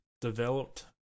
developed